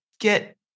get